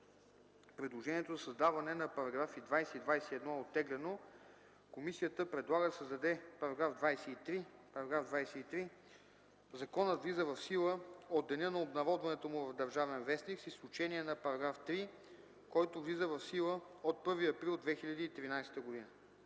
Предложението за създаване на § 20 и 21 е оттеглено. Комисията предлага да се създаде § 23: „§ 23. Законът влиза в сила от деня на обнародването му в „Държавен вестник”, с изключение на § 3, който влиза в сила от 1 април 2013 г.”